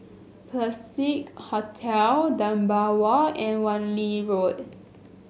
Classique Hotel Dunbar Walk and Wan Lee Road